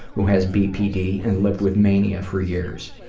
who has bpd and lived with mania for years.